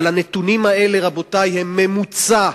אבל הנתונים האלה, רבותי, הם ממוצע,